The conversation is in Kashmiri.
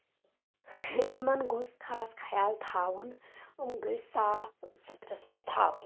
یِمن گوژھ خاص خیال تھاوُن یِم گژھۍ صاف سُتھرَس منٛز تھاوٕنۍ